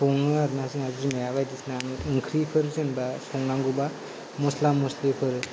सङो आरो जोंना बिमाया बायदिसिना ओंख्रिफोर संनांगौबा मस्ला मस्लिफोर